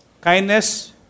kindness